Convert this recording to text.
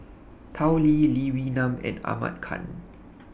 Tao Li Lee Wee Nam and Ahmad Khan